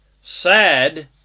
sad